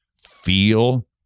feel